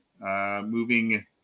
moving